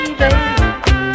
baby